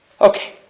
Okay